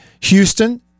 Houston